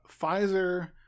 Pfizer